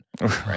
right